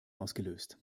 ausgelöst